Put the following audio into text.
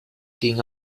ging